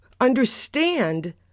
understand